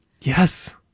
yes